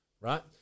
right